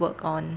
work on